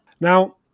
Now